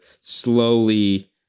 slowly